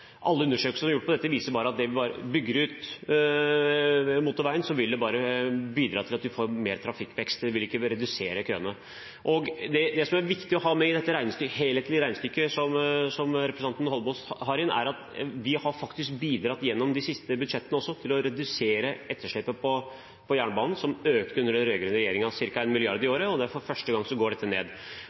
Alle undersøkelser som er gjort på dette, viser at bygger man ut motorveien, vil det bare bidra til at vi får mer trafikkvekst. Det vil ikke redusere køene. Det som er viktig å ha med i det helhetlige regnestykket som representanten Eidsvoll Holmås bringer inn, er at vi gjennom de siste budsjettene har bidratt til å redusere etterslepet på jernbanen, som økte under den rød-grønne regjeringen med ca. 1 mrd. kr i året. For første gang går dette ned.